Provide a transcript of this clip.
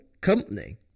company